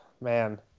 man